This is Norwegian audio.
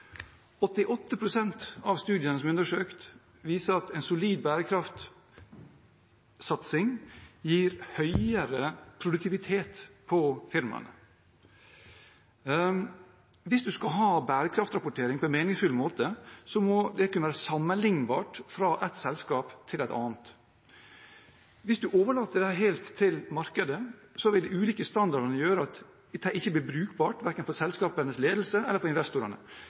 pst. av studiene viser at en solid bærekraftsatsing gir høyere produktivitet for firmaene. Hvis man skal ha bærekraftrapportering på en meningsfull måte, må det kunne være sammenlignbart fra ett selskap til et annet. Hvis man overlater det helt til markedet, vil ulike standarder gjøre at dette ikke blir brukbart, verken for selskapenes ledelse eller for investorene.